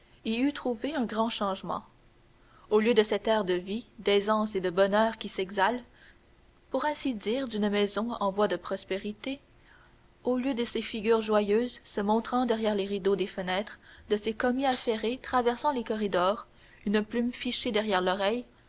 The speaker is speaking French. eût trouvé un grand changement au lieu de cet air de vie d'aisance et de bonheur qui s'exhale pour ainsi dire d'une maison en voie de prospérité au lieu de ces figures joyeuses se montrant derrière les rideaux des fenêtres de ces commis affairés traversant les corridors une plume fichée derrière l'oreille